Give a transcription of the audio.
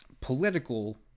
political